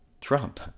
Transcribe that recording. Trump